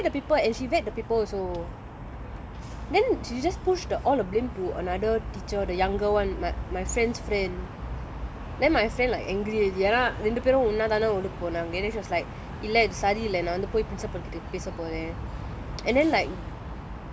she set the paper and she vet the paper also then she just push all the blame to another teacher the younger one my friend's friend then my friend like angry already lah ரெண்டு பேரும் ஒன்னாதான உள்ளுக்கு போனாங்க:rendu perum onnathaane ullukku ponanga then she was like இல்ல இது சரியில்ல நான் வந்து போய்:illa ithu sariyilla naan vanthu poai principal கிட்ட பெசப்போரன்:kitta pesapporan